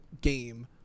game